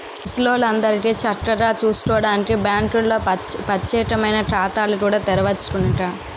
ముసలాల్లందరికీ చక్కగా సూసుకోడానికి బాంకుల్లో పచ్చేకమైన ఖాతాలు కూడా తెరవచ్చునట